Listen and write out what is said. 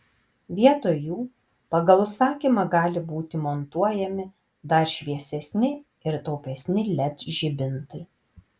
vietoj jų pagal užsakymą gali būti montuojami dar šviesesni ir taupesni led žibintai